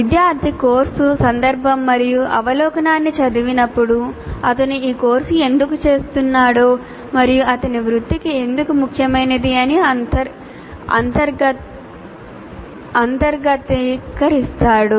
విద్యార్థి కోర్సు సందర్భం మరియు అవలోకనాన్ని చదివినప్పుడు అతను ఈ కోర్సు ఎందుకు చేస్తున్నాడో మరియు అతని వృత్తికి ఎందుకు ముఖ్యమైనది అని అంతర్గతీకరిస్తాడు